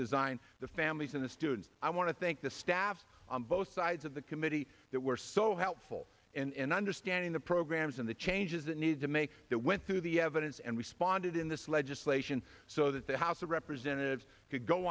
designed the families of the students i want to thank the staff on both sides of the committee that were so helpful in understanding the programs and the changes that need to make that went through the evidence and responded in this legislation so that the house of representatives